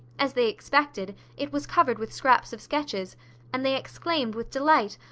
as they expected, it was covered with scraps of sketches and they exclaimed with delight,